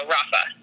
Rafa